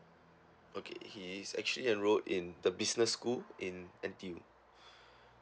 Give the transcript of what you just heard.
okay he is actually enrolled in the business school in N_T_U